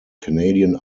canadian